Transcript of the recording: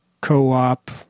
co-op